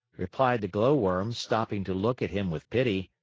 replied the glowworm, stopping to look at him with pity.